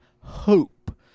hope